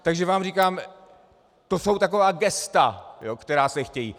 Takže vám říkám, to jsou taková gesta, která se chtějí.